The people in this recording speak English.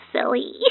silly